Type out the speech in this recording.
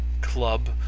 Club